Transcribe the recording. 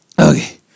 Okay